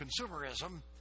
consumerism